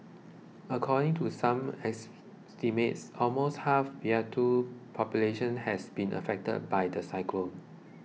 according to some estimates almost half Vanuatu's population has been affected by the cyclone